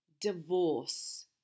divorce